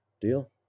Deal